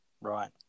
Right